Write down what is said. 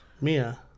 Mia